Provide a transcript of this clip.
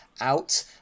out